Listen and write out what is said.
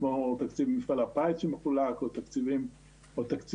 כמו תקציב מפעל הפייס שמחולק או תקציב ההשקעות,